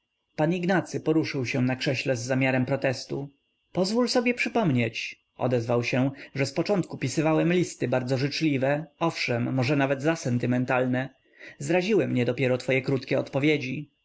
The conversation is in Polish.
ignacy poruszył się na krześle z zamiarem protestu pozwól sobie przypomnieć odezwał się że zpoczątku pisywałem listy bardzo życzliwe owszem może nawet za sentymentalne zraziły mnie dopiero twoje krótkie odpowiedzi